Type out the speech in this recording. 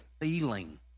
feeling